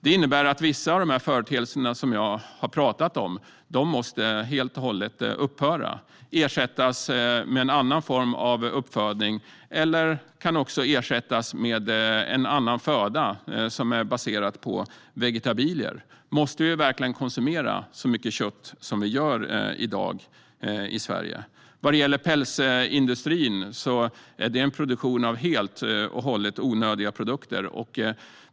Det innebär att vissa av de företeelser som jag nu har beskrivit helt och hållet måste upphöra och ersättas med en annan form av uppfödning. De kan också ersättas med en annan föda, baserad på vegetabilier. Måste vi verkligen konsumera så mycket kött som vi gör i dag i Sverige? Pälsindustrin är en produktion av helt onödiga produkter.